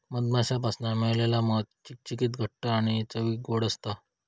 मधमाश्यांपासना मिळालेला मध चिकचिकीत घट्ट आणि चवीक ओड असता